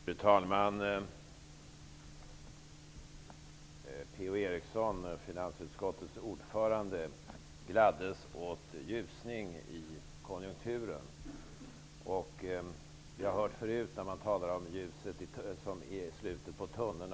Fru talman! Per-Ola Eriksson, finansutskottets ordförande, gladdes åt en ljusning i konjunkturen. Jag blir alltid lika rädd när det talas om ljuset i slutet av tunneln.